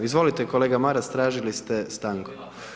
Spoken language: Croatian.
Izvolite kolega Maras traćili ste stanku.